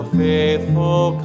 faithful